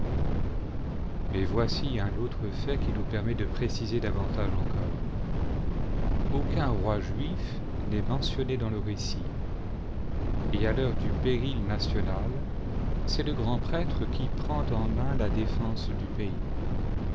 mais voici un autre fait qui nous permet de préciser davantage encore aucun roi juif n'est mentionné dans le récit et à l'heure du péril national c'est le grand prêtre qui prend en mains la défense du pays